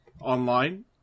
online